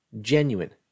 genuine